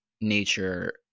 nature